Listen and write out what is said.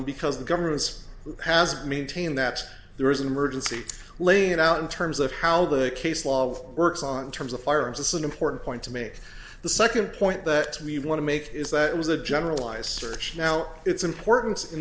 because the government's has maintained that there is an emergency laying it out in terms of how the case law of works on terms of firearms is an important point to make the second point that we want to make is that it was a generalized search now it's importance in